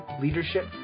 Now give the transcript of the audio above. leadership